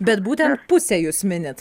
bet būtent pusę jūs minit